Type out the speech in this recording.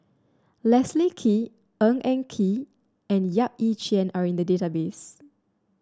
Leslie Kee Ng Eng Kee and Yap Ee Chian are in the database